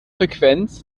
frequenz